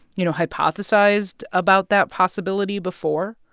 you know, hypothesized about that possibility before?